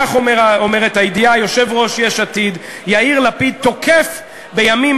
כך אומרת הידיעה: "יושב-ראש יש עתיד יאיר לפיד תוקף בימים